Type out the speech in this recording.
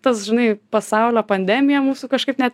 tas žinai pasaulio pandemija mūsų kažkaip net